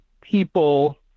people